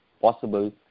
possible